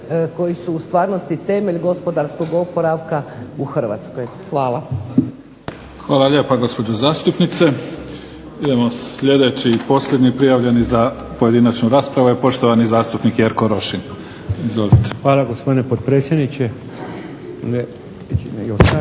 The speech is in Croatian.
koji su u stvarnosti temelj gospodarskog oporavka u Hrvatskoj. Hvala. **Mimica, Neven (SDP)** Hvala lijepa, gospođo zastupnice. Idemo sljedeći i posljednji prijavljeni za pojedinačnu raspravu je poštovani zastupnik Jerko Rošin. Izvolite. **Rošin, Jerko